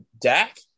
Dak